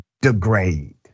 degrade